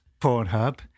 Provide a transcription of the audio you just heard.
Pornhub